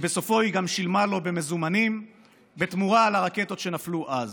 ובסופו היא גם שילמה לו במזומנים בתמורה על הרקטות שנפלו אז.